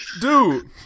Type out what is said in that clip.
Dude